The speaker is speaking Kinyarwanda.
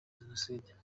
jenoside